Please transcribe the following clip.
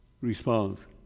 response